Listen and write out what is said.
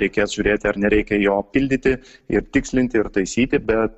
reikės žiūrėti ar nereikia jo pildyti ir tikslinti ir taisyti bet